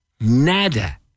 nada